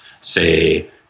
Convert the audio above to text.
say